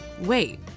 wait